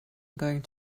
going